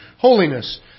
holiness